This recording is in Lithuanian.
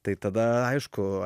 tai tada aišku